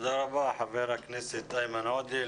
תודה רבה חבר הכנסת איימן עודה.